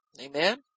amen